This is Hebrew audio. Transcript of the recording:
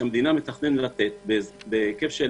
שהמדינה מתכננת לתת בהיקף של